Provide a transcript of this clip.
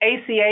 ACA